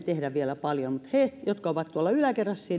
tehdä vielä paljon mutta heidän jotka ovat tuolla yläkerrassa